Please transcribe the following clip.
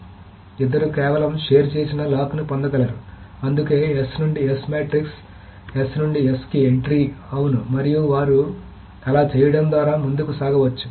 కాబట్టి ఇద్దరూ కేవలం షేర్ చేసిన లాక్ను పొందగలరు అందుకే S నుండి S మాట్రిస్ S నుండి S కి ఎంట్రీ అవును మరియు వారు అలా చేయడం ద్వారా ముందుకు సాగవచ్చు